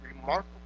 remarkable